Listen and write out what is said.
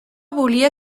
volia